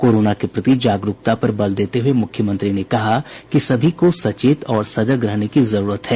corona के प्रति जागरूकता पर बल देते हुए मुख्यमंत्री ने कहा कि सभी को सचेत और सजग रहने की जरूरत है